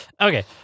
Okay